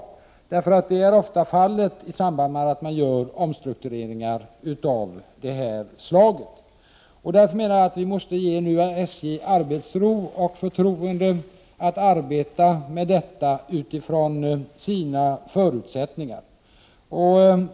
Det är ofta fallet i samband med att man gör omstruktureringar av det här slaget. Därför menar jag att vi måste ge nya SJ arbetsro och förtroende att arbeta med detta utifrån SJ:s förutsättningar.